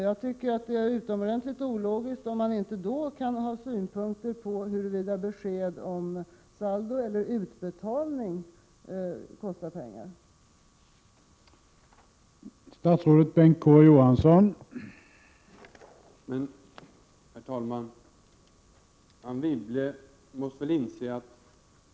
Jag tycker att det är utomordentligt ologiskt, om man inte då kan ha synpunkter på huruvida besked om saldo eller utbetalning skall kosta pengar eller inte.